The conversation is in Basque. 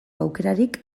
aukerarik